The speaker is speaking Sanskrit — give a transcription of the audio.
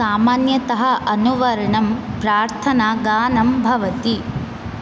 सामान्यतः अनुवर्णं प्रार्थनागानं भवति